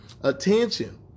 Attention